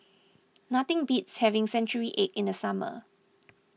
nothing beats having Century Egg in the summer